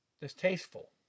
distasteful